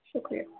شکریہ